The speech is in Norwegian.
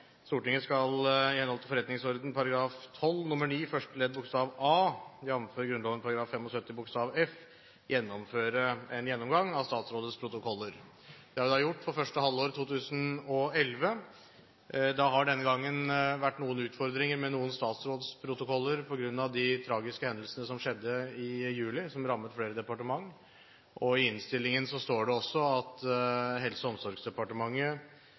Stortinget. Stortinget skal i henhold til forretningsordenens § 12 nr. 9 første ledd bokstav a, jf. Grunnloven § 75 bokstav f, gjennomgå statsrådets protokoller. Det har vi gjort for første halvår 2011. Det har denne gangen vært noen utfordringer med noen statsrådsprotokoller på grunn av de tragiske hendelsene som skjedde i juli, som rammet flere departementer. I innstillingen står det også at Helse- og omsorgsdepartementet